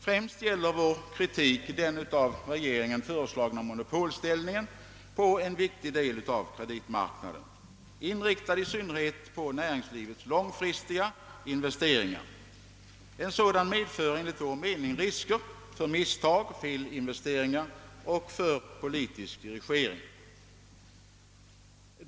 Vår kritik gäller främst den av regeringen föreslagna monopolställningen på en viktig del av kreditmarknaden, inriktad i synnerhet på näringslivets långfristiga investeringar. En sådan monopolställning medför enligt vår mening risker för misstag och felinvesteringar samt för politisk dirigering.